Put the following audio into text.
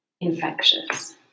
infectious